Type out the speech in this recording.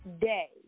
day